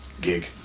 gig